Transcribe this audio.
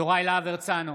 יוראי להב הרצנו,